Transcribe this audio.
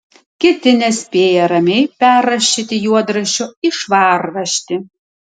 kiti nespėja ramiai perrašyti juodraščio į švarraštį